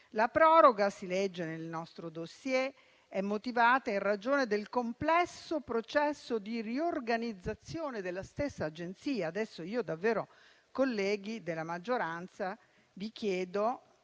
La proroga - si legge nel nostro *dossier* - è motivata in ragione del complesso processo di riorganizzazione della stessa agenzia. Colleghi della maggioranza, vi chiedo